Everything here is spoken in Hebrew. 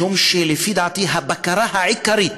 משום שלפי דעתי הבקרה העיקרית